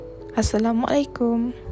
Assalamualaikum